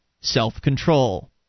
self-control